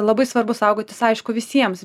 labai svarbu saugotis aišku visiems